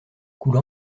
coule